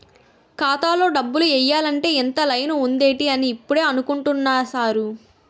ఖాతాలో డబ్బులు ఎయ్యాలంటే ఇంత లైను ఉందేటి అని ఇప్పుడే అనుకుంటున్నా సారు